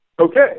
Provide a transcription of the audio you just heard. Okay